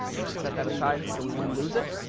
you can set that aside so we won't lose it.